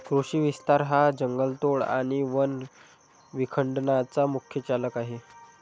कृषी विस्तार हा जंगलतोड आणि वन विखंडनाचा मुख्य चालक आहे